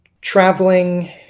traveling